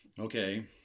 Okay